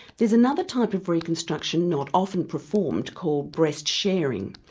there's another type of reconstruction not often performed called breast sharing.